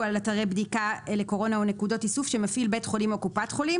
על אתרי בדיקה לקורונה או נקודות איסוף שמפעיל בית חולים או קופת חולים